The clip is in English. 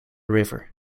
river